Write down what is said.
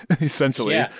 essentially